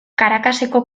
caracaseko